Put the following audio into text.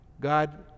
God